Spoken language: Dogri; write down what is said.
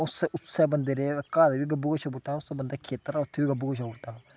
उस्सै उस्सै बंदे दे घर बी गब्बू गोशे दा बूह्टा हा उस्सै बंदे दा खेत्तर हा उत्थै बी गब्बू गोशे दा बूह्टा हा